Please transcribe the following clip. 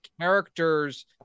character's